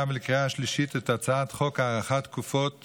ולקריאה השלישית את הצעת חוק הארכת תקופות